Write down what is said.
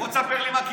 בוא תספר לי מה קיללתי.